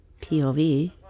POV